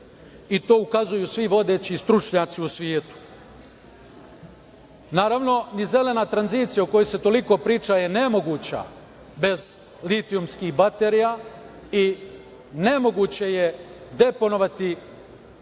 i to ukazuju svi vodeći stručnjaci u svetu. Naravno, ni zelena tranzicija o kojoj se toliko priča je nemoguća bez litijumskih baterija i nemoguće je deponovati